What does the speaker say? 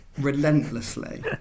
relentlessly